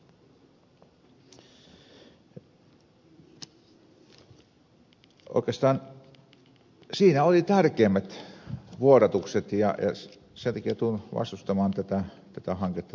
oikeastaan siinä oli tärkeimmät vuodatukset ja sen takia tulen vastustamaan tätä hanketta äänestyksessä